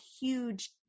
huge